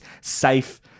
safe